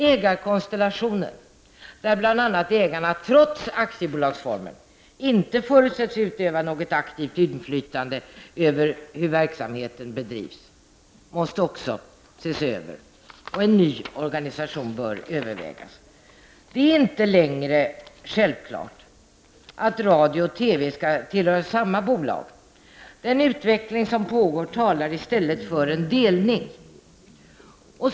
Ägarkonstellationen där bl.a. ägarna, trots aktiebolagsformen, inte förutsätts utöva något aktivt inflytande över hur verksamheten bedrivs måste också ses över. En ny organisation bör övervägas. Det är inte längre självklart att radio och TV skall tillhöra samma bolag. Den utveckling som nu pågår talar i stället för en delning.